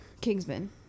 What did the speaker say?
Kingsman